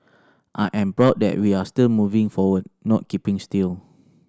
I am proud that we are still moving forward not keeping still